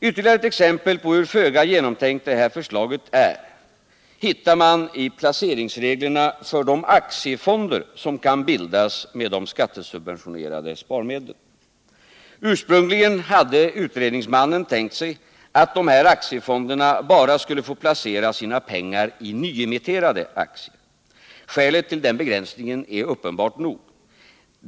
Ytterligare ett exempel på hur föga genomtänkt det här förslaget är hittar man i placeringsreglerna för de aktiefonder som kan bildas med de skattesubventionerade sparmedlen. Ursprungligen hade utredningsmannen tänkt sig att de här aktiefonderna skulle få placera sina pengar bara i nyemitterade aktier. Skälet till denna begränsning var uppenbart nog.